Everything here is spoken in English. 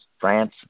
France